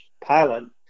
pilot